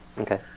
Okay